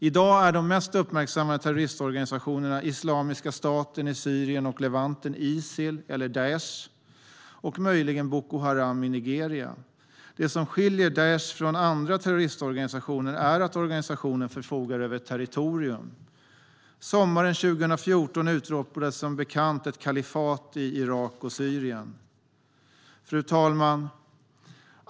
I dag är de mest uppmärksammade terroristorganisationerna Islamiska staten i Syrien och Levanten, Isil eller Daish, och möjligen Boko Haram i Nigeria. Det som skiljer Daish från andra terroristorganisationer är att organisationen förfogar över ett territorium. Sommaren 2014 utropades som bekant ett kalifat i Irak och Syrien. Fru talman!